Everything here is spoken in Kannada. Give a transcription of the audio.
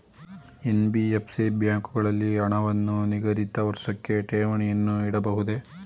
ಎನ್.ಬಿ.ಎಫ್.ಸಿ ಬ್ಯಾಂಕುಗಳಲ್ಲಿ ಹಣವನ್ನು ನಿಗದಿತ ವರ್ಷಕ್ಕೆ ಠೇವಣಿಯನ್ನು ಇಡಬಹುದೇ?